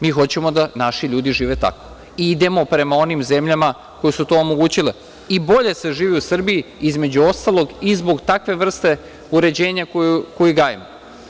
Mi hoćemo da naši ljudi žive tako i idemo prema onim zemljama koje su to omogućile i bolje se živi u Srbiji, između ostalog, i zbog takve vrste uređenja koji gajimo.